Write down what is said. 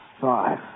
Five